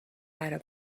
برا